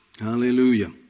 Hallelujah